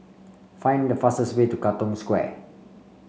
find the fastest way to Katong Square